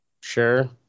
sure